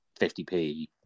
50p